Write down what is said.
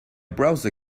browser